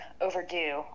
overdue